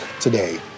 today